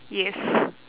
yes